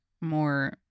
more